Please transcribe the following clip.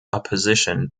opposition